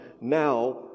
now